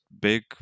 big